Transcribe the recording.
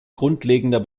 grundlegender